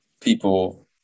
people